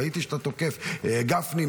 ראיתי שאתה תוקף: גפני,